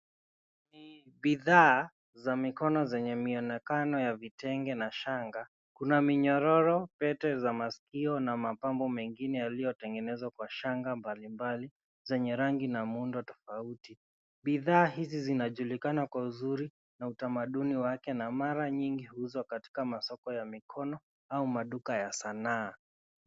Ni bidhaa za mikono zenye mionekano ya vitenge na shanga, kuna minyororo pete za maskio na mapambo mengine yaliyotengenezwa kwa shanga mbalimbali zenye rangi na muundo tofauti. Bidhaa hizi zinajulikana kwa uzuri na utamaduni wake na mara nyingi huuzwa katika masoko ya mikono au maduka ya sanaa.